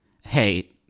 hey